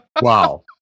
Wow